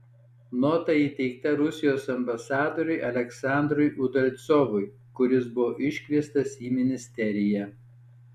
nota įteikta rusijos ambasadoriui aleksandrui udalcovui kuris buvo iškviestas į ministeriją